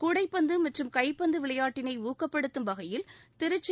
கூடைப்பந்து மற்றம் கைப்பந்து விளையாட்டினை ஊக்கப்படுத்தும் வகையில் திருச்சி